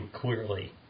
clearly